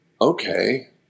Okay